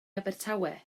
abertawe